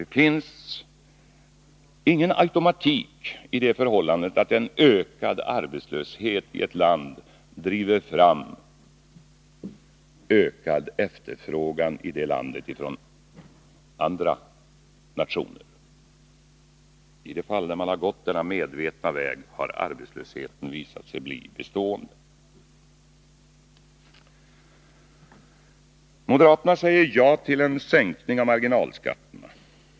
Det finns ingen automatik i det förhållandet att en ökad arbetslöshet i ett land driver fram ökad efterfrågan i det landet från andra nationers sida. I de fall där man har gått denna medvetna väg har arbetslösheten visat sig bli bestående. Moderaterna säger ja till en sänkning av marginalskatterna.